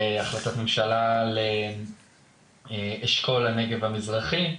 החלטת ממשלה לאשכול הנגב המזרחי.